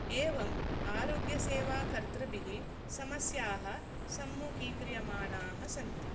एवम् आरोग्यसेवा कर्तृभिः समस्याः सम्मुखीक्रियमाणाः सन्ति